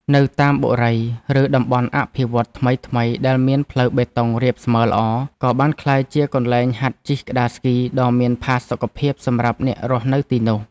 នៅតាមបុរី ឬតំបន់អភិវឌ្ឍន៍ថ្មីៗដែលមានផ្លូវបេតុងរាបស្មើល្អ ក៏បានក្លាយជាកន្លែងហាត់ជិះក្ដារស្គីដ៏មានផាសុកភាពសម្រាប់អ្នករស់នៅទីនោះ។